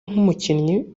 nk’umukinnyi